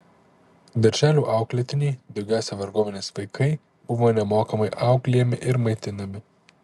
darželių auklėtiniai daugiausiai varguomenės vaikai buvo nemokamai auklėjami ir maitinami